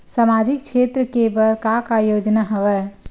सामाजिक क्षेत्र के बर का का योजना हवय?